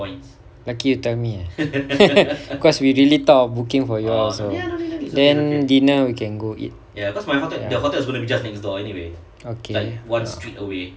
lucky you tell me eh cause we really thought of booking for you all also then dinner we can go eat ya okay